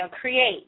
create